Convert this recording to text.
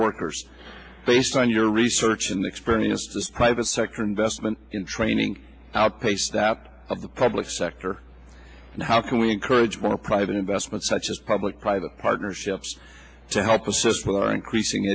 workers based on your research and experience the private sector investment in training outpace that of the public sector and how can we encourage more private investment such as public private partnerships to help assist with our increasing